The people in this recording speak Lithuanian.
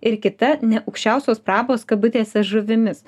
ir kita ne aukščiausios prabos kabutėse žuvimis